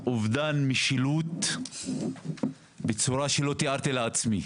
מדובר באובדן משילות בצורה שלא תיארת לעצמי,